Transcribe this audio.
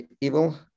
evil